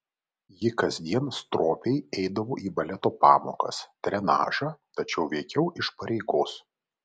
ji kasdien stropiai eidavo į baleto pamokas trenažą tačiau veikiau iš pareigos